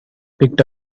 picked